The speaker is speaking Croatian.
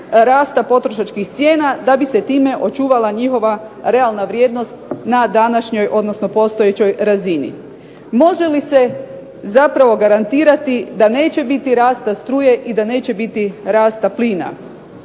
rasta potrošačkih cijena da bi se time očuvala njihova realna vrijednost na današnjoj, odnosno postojećoj razini. Može li se zapravo garantirati da neće biti rasta struje i da neće biti rasta plina,